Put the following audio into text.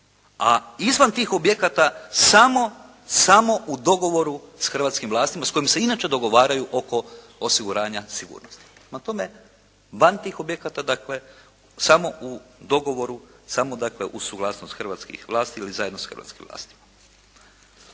a izvan tih objekata samo u dogovoru sa hrvatskim vlastima s kojima se inače dogovaraju oko osiguranja sigurnosti. Prema tome, van tih objekata dakle samo u dogovoru, samo dakle uz suglasnost hrvatskih vlasti ili zajedno sa hrvatskim vlastima.